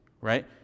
right